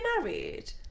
married